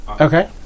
Okay